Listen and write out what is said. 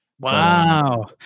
Wow